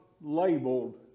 labeled